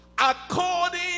according